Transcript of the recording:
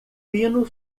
fino